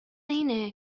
اینه